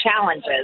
challenges